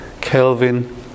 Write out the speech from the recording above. Kelvin